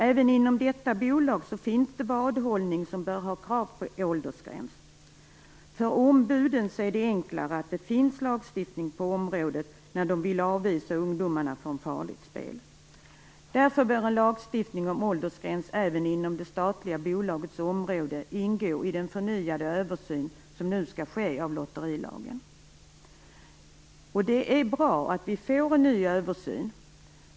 Även inom detta bolag finns vadhållning som bör ha krav på åldersgräns. För ombuden är det enklare att det finns lagstiftning på området när de vill avvisa ungdomar från farligt spel. Därför bör en lagstiftning om åldersgräns även inom det statliga bolagets område ingå i den förnyade översyn som nu skall ske av lotterilagen. Det är bra att vi nu får en ny översyn av lotterilagen.